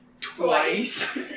twice